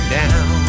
down